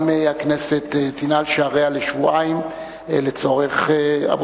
דברי הכנסת ל"ז / מושב שני / ישיבה ק"ס / כ"ט באב התש"ע